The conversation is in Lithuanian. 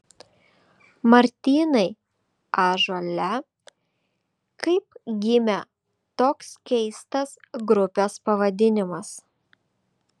martynai ąžuole kaip gimė toks keistas grupės pavadinimas